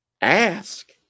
ask